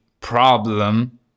problem